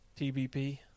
TBP